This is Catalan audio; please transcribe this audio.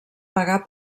pagar